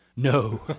No